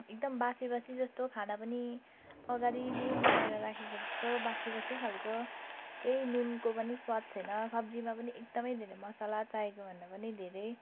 एकदम बासी बासी जस्तो थियो खाना पनि अगाडि नै बनाएर राखेको जस्तो बासी बासी खालको केही नुनको पनि स्वाद छैन सब्जीमा पनि एकदमै धेरै मसाला चाहिएको भन्दा पनि धेरै